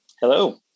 Hello